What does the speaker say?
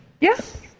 Yes